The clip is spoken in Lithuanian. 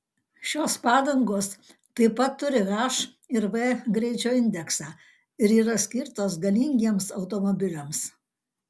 šios padangos taip pat turi h ir v greičio indeksą ir yra skirtos galingiems automobiliams